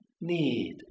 need